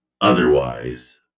Otherwise